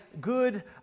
good